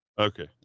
Okay